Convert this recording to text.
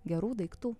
gerų daiktų